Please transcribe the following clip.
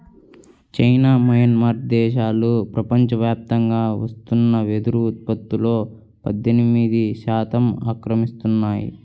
China, Myanmar దేశాలు ప్రపంచవ్యాప్తంగా వస్తున్న వెదురు ఉత్పత్తులో పద్దెనిమిది శాతం ఆక్రమిస్తున్నాయి